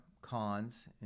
cons